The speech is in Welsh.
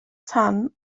tan